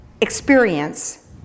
experience